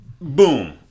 Boom